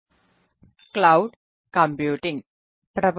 Cloud Computing cloud computing Prof